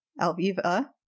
Alviva